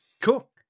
cool